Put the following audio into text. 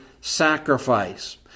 sacrifice